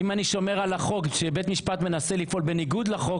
הוא חוק שבא להבהיר את מה שבעיניי היה ברור מאליו.